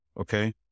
Okay